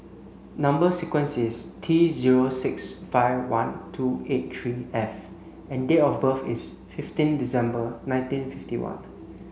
number sequence is T zero six five one two eight three F and date of birth is fifteen December nineteen fifty one